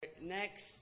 next